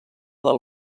del